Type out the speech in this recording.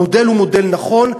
המודל הוא מודל נכון,